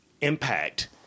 impact